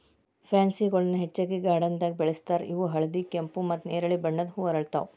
pansy ಹೂಗಳನ್ನ ಹೆಚ್ಚಾಗಿ ಗಾರ್ಡನ್ದಾಗ ಬೆಳೆಸ್ತಾರ ಇವು ಹಳದಿ, ಕೆಂಪು, ಮತ್ತ್ ನೆರಳಿ ಬಣ್ಣದ ಹೂ ಅರಳ್ತಾವ